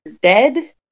dead